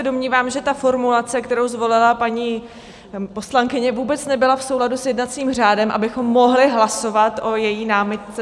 Domnívám se, že ta formulace, kterou zvolila poslankyně, vůbec nebyla v souladu s jednacím řádem, abychom mohli hlasovat o její námitce.